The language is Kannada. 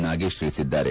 ನಾಗೇಶ್ ತಿಳಿಸಿದ್ದಾರೆ